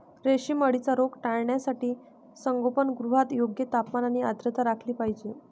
रेशीम अळीचा रोग टाळण्यासाठी संगोपनगृहात योग्य तापमान आणि आर्द्रता राखली पाहिजे